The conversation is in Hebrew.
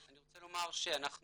אני רוצה לומר שאנחנו